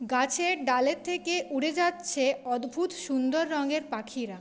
গাছের ডালের থেকে উড়ে যাচ্ছে অদ্ভূত সুন্দর রঙের পাখিরা